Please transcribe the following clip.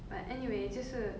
but anyway 就是